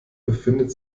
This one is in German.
befindet